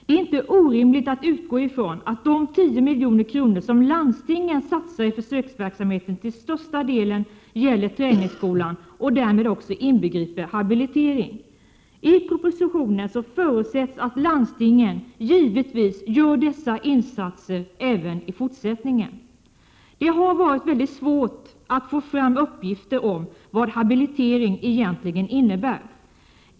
Det är inte orimligt att utgå från att de 10 milj.kr. som landstingen satsar i försöksverksamheten till största delen gäller träningsskolan och därmed också inbegriper habilitering. I propositionen förutsätts att landstingen gör dessa insatser även i fortsättningen. Det har varit mycket svårt att få fram uppgifter om vad habilitering egentligen innebär.